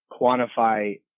quantify